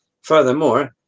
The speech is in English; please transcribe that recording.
Furthermore